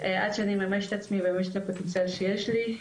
עד שאני אממש את עצמי ואת הפוטנציאל שלי.